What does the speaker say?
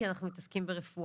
כי אנחנו מתעסקים ברפואה.